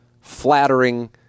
flattering